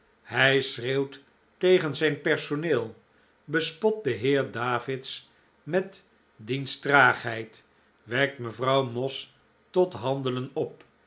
hij schreeuwt tegen zijn personeel bespot den heer davids met diens traagheid wekt mevrouw moss tot handelen op